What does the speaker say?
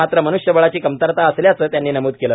मात्र मन्ष्यबळाची कमतरता असल्याचं त्यांनी नमूद केलं